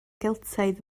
geltaidd